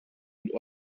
und